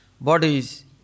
bodies